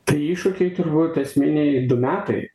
tai iššūkiai turbūt esminiai du metai